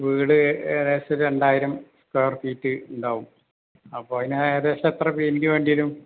വീട് ഏകദേശം ഒരു രണ്ടായിരം സ്കൊയർ ഫീറ്റ് ഉണ്ടാവും അപ്പോൾ അതിന് ഏകദേശം എത്ര പെയ്ൻറ്റ് വേണ്ടി വരും